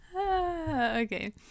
Okay